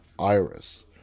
Iris